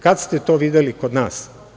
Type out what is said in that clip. Kad ste to videli kod nas?